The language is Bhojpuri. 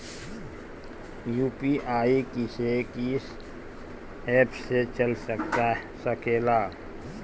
यू.पी.आई किस्से कीस एप से चल सकेला?